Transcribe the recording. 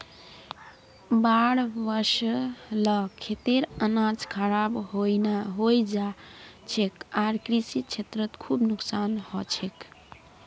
बाढ़ वस ल खेतेर अनाज खराब हई जा छेक आर कृषि क्षेत्रत खूब नुकसान ह छेक